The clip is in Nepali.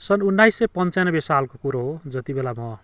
सन् उन्नाइस सय पन्चानब्बे सालको कुरो हो जति बेला म